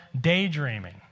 daydreaming